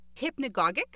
hypnagogic